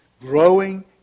Growing